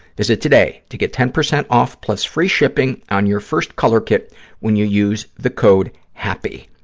visit today to get ten percent off plus free shipping on your first color kit when you use the code happy.